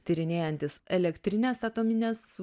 tyrinėjantis elektrines atomines